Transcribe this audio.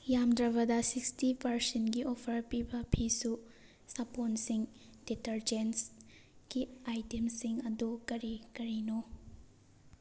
ꯌꯥꯝꯗ꯭ꯔꯕꯗ ꯁꯤꯛꯁꯇꯤ ꯄꯥꯔꯁꯦꯟꯒꯤ ꯑꯣꯐꯔ ꯄꯤꯕ ꯐꯤꯁꯨ ꯁꯥꯄꯣꯟꯁꯤꯡ ꯗꯤꯇꯔꯖꯦꯟꯁ ꯀꯤ ꯑꯥꯏꯇꯦꯝꯁꯤꯡ ꯑꯗꯨ ꯀꯔꯤ ꯀꯔꯤꯅꯣ